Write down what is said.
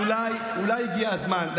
אבל אולי הגיע הזמן,